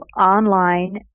online